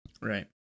Right